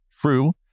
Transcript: true